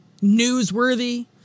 newsworthy